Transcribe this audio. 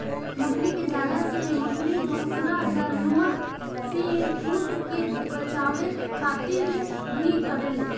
मकड़ी के जाल से मकड़ी दोसरा जानवर से खुद के बचावे खातिर भी करेले